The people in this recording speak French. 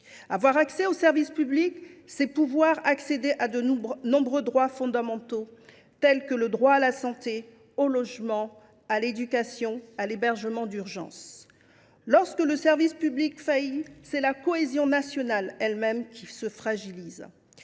Avoir accès aux services publics, c’est pouvoir jouir de nombreux droits fondamentaux, tels que le droit à la santé, au logement, à l’éducation ou à l’hébergement d’urgence. Lorsque le service public faillit, c’est la cohésion nationale elle même qui se fragilise.